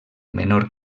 menor